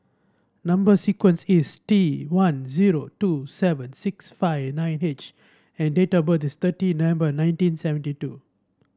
number sequence is T one zero two seven six five nine H and date of birth is thirty November nineteen seventy two